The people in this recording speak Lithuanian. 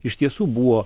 iš tiesų buvo